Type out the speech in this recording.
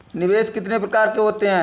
निवेश कितने प्रकार के होते हैं?